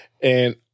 And-